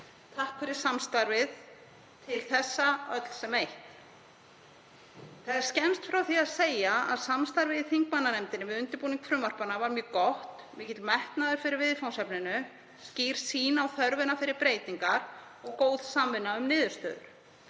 Takk fyrir samstarfið til þessa öll sem eitt. Það er skemmst frá því að segja að samstarfið í þingmannanefnd við undirbúning frumvarpanna var mjög gott, mikill metnaður fyrir viðfangsefninu, skýr sýn á þörfina fyrir breytingar og góð samvinna um niðurstöður.